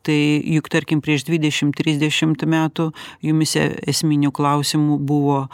tai juk tarkim prieš dvidešim trisdešimt metų jumyse esminiu klausimu buvo